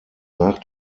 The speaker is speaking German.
nach